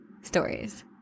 stories